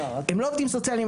הם לא עובדים סוציאליים,